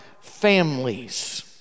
Families